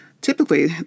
Typically